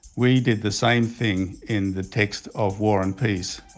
we did the same thing in the text of war and peace,